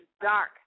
dark